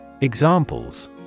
Examples